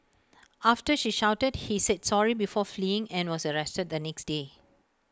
after she shouted he said sorry before fleeing and was arrested the next day